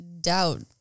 doubt